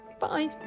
Bye